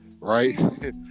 right